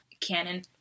canon